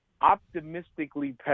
optimistically